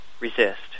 resist